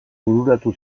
bururatu